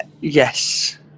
Yes